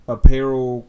Apparel